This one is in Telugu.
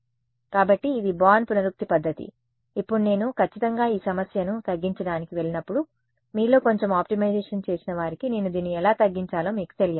కాబట్టి ఇది బార్న్ పునరుక్తి పద్ధతి ఇప్పుడు నేను ఖచ్చితంగా ఈ సమస్యను తగ్గించడానికి వెళ్ళినప్పుడు మీలో కొంచెం ఆప్టిమైజేషన్ చేసిన వారికి నేను దీన్ని ఎలా తగ్గించాలో మీకు తెలియాలి